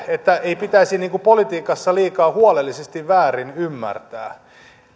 että ei pitäisi politiikassa liikaa huolellisesti väärin ymmärtää